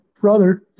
brother